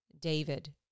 David